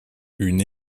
une